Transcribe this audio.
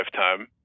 lifetime